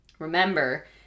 Remember